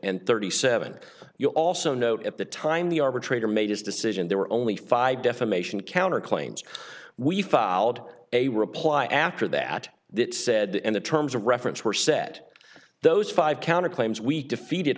and thirty seven you also note at the time the arbitrator made his decision there were only five defamation counter claims we followed a reply after that that said and the terms of reference were set those five counterclaims we defeated